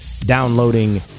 downloading